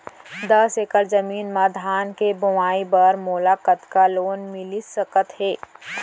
दस एकड़ जमीन मा धान के बुआई बर मोला कतका लोन मिलिस सकत हे?